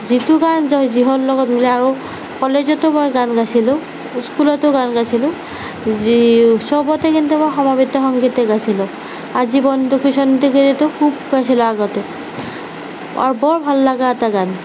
যিটো গান যিহৰ লগত মিলে আৰু কলেজতো মই গান গাইছিলোঁ ইস্কুলতো গান গাইছিলোঁ যি চবতে কিন্তু মই সমবেত সংগীতে গাইছিলোঁ আজি বন্দো কি ছন্দে কিৰেটো খুব গাইছিলোঁ আগতে অ' বৰ ভাল লগা এটা গান